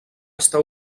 estar